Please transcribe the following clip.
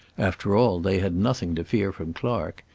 after all, they had nothing to fear from clark,